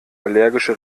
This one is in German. allergische